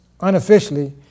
unofficially